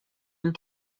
and